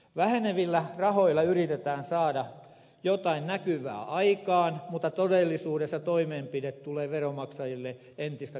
vähenevillä rahoilla yritetään saada jotain näkyvää aikaan mutta todellisuudessa toimenpide tulee veronmaksajille entistä kalliimmaksi